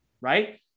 right